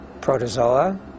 protozoa